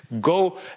Go